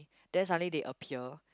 then suddenly they appear